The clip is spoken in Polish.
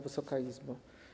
Wysoka Izbo!